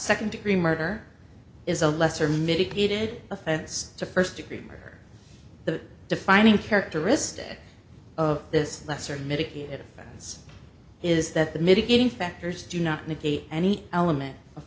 second degree murder is a lesser mitigated offense to first degree murder the defining characteristic of this lesser mitigate it is is that the mitigating factors do not negate any element of